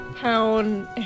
pound